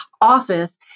office